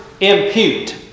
impute